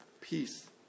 peace